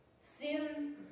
Sin